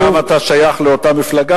וגם אתה שייך לאותה מפלגה,